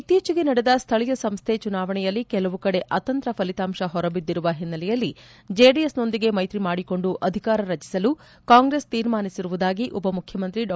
ಇತ್ತೀಚಿಗೆ ನಡೆದ ಸ್ಥಳೀಯ ಸಂಸ್ದೆ ಚುನಾವಣೆಯಲ್ಲಿ ಕೆಲವು ಕಡೆ ಅತಂತ್ರ ಫಲಿತಾಂಶ ಹೊರಬಿದ್ದಿರುವ ಹಿನ್ನೆಲೆಯಲ್ಲಿ ಜೆಡಿಎಸ್ ನೊಂದಿಗೆ ಮೈತ್ರಿ ಮಾಡಿಕೊಂಡು ಅಧಿಕಾರ ರಚಿಸಲು ಕಾಂಗ್ರೆಸ್ ತೀರ್ಮಾನಿಸಿರುವುದಾಗಿ ಉಪಮುಖ್ಯಮಂತ್ರಿ ಡಾ